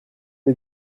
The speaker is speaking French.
des